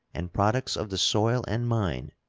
and products of the soil and mine,